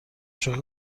شوخی